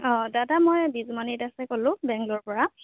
অঁ দাদা মই বিজুমণি দাসে ক'লোঁ বেংলৰৰপৰা